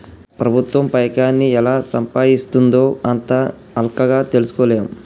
ప్రభుత్వం పైకాన్ని ఎలా సంపాయిస్తుందో అంత అల్కగ తెల్సుకోలేం